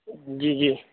جی جی